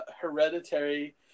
hereditary